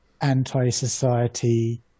anti-society